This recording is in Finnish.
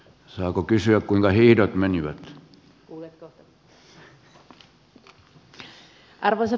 saako kysyä kuinka riidat me arvoisa puhemies